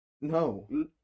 No